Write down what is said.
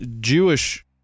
jewish